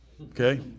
Okay